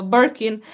Birkin